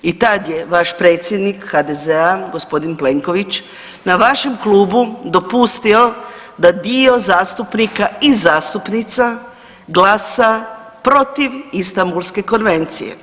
I tad je vaš predsjednik HDZ gospodin Plenković na vašem klubu dopustio da dio zastupnika i zastupnica glasa protiv Istanbulske konvencije.